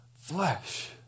flesh